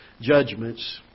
judgments